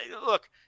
look